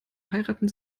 heiraten